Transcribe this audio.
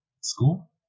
school